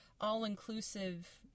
all-inclusive